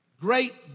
great